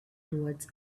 towards